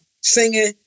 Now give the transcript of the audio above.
singing